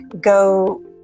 go